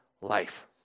life